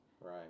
Right